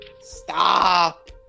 Stop